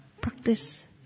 practice